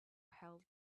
held